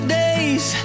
days